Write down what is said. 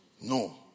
no